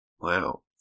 Wow